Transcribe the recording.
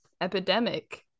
epidemic